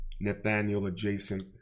Nathaniel-adjacent